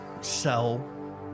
sell